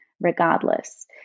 regardless